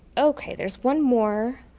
okay, there's one more